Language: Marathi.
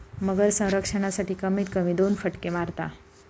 मगर संरक्षणासाठी, कमीत कमी दोन फटके मारता